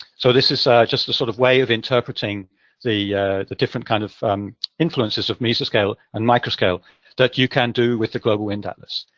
so this is ah just the sort of way of interpreting the the different kind of influences of mesoscale and microscale that you can do with the global wind atlas.